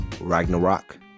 ragnarok